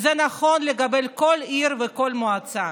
וזה נכון לגבי כל עיר וכל מועצה.